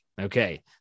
Okay